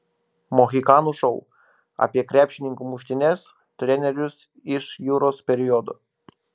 mohikanų šou apie krepšininkų muštynes trenerius iš juros periodo